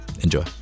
Enjoy